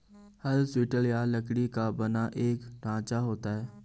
हल स्टील या लकड़ी का बना एक ढांचा होता है